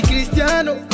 Cristiano